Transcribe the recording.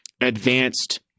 advanced